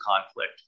conflict